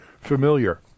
familiar